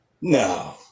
No